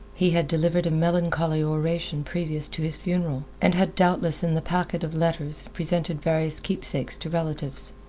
he had delivered a melancholy oration previous to his funeral, and had doubtless in the packet of letters, presented various keepsakes to relatives.